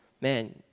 man